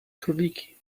króliki